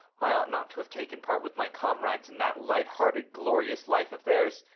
i ought not to have taken part with my comrades in that lighthearted, glorious life of theirs.